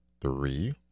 three